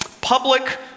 Public